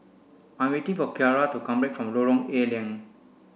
I'm waiting for Ciarra to come back from Lorong A Leng